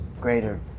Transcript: greater